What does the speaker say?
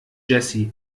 jessy